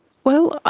well,